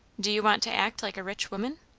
do you want to act like a rich woman?